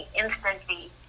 instantly